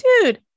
dude